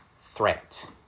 threat